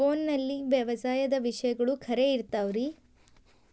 ಫೋನಲ್ಲಿ ವ್ಯವಸಾಯದ ವಿಷಯಗಳು ಖರೇ ಇರತಾವ್ ರೇ?